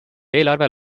eelarve